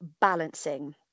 balancing